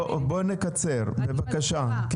בוא נקצר בבקשה.